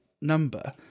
number